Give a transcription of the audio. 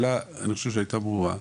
אני חושב שהשאלה הייתה ברורה.